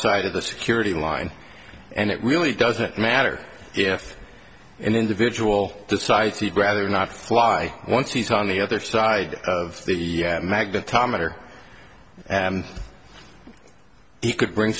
side of the security line and it really doesn't matter if an individual decides he'd rather not fly once he's on the other side of the magnetometer he could bring